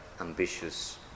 ambitious